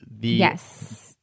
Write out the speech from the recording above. Yes